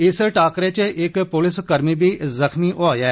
इस टाकरे इच इक प्लक कर्मी बी जख्मी होआ ऐ